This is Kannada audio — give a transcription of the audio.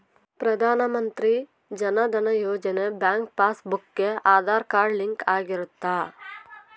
ಪ್ರಧಾನ Mantri Jan Dhan Yojana bank passbook ಗೆ ಆದಾರ್ ಕಾರ್ಡ್ ಲಿಂಕ್ ಆಗಿರುತ್ತ